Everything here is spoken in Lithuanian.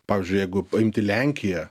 pavyzdžiui jeigu paimti lenkiją